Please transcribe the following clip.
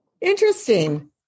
Interesting